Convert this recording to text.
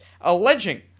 alleging